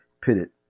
pitted